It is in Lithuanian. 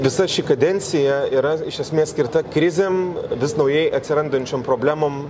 visa ši kadencija yra iš esmės skirta krizėm vis naujai atsirandančiom problemom